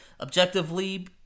objectively